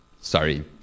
sorry